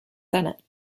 senate